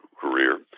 career